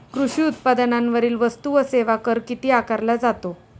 कृषी उत्पादनांवरील वस्तू व सेवा कर किती आकारला जातो?